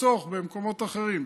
לחסוך במקומות אחרים,